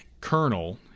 colonel